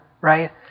Right